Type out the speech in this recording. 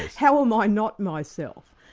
how am i not myself?